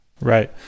Right